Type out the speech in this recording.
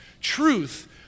truth